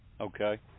Okay